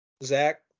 Zach